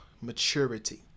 maturity